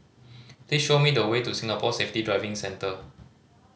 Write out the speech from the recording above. please show me the way to Singapore Safety Driving Center